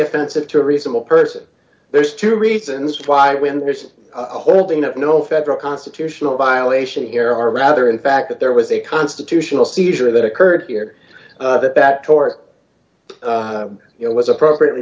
offensive to a reasonable person there's two reasons why when there's a whole thing of no federal constitutional violation here are rather in fact that there was a constitutional seizure that occurred here that that tort d you know was appropriately